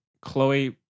Chloe